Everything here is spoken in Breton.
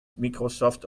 microsoft